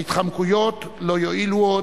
ההתחמקויות לא יועילו עוד,